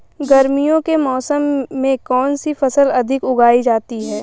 गर्मियों के मौसम में कौन सी फसल अधिक उगाई जाती है?